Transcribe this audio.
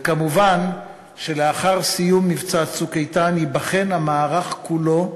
ומובן שלאחר סיום מבצע "צוק איתן" ייבחן המערך כולו,